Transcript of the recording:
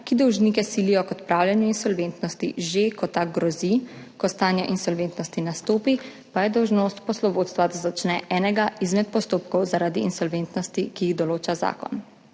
ki dolžnike silijo k odpravljanju insolventnosti že, ko ta grozi, ko stanje insolventnosti nastopi, pa je dolžnost poslovodstva, da začne enega izmed postopkov zaradi insolventnosti, ki jih določa zakon.